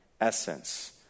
essence